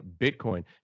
Bitcoin